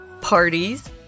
parties